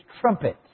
trumpets